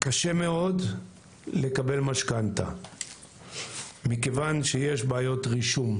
קשה מאוד לקבל משכנתה מכיוון שיש בעיות רישום.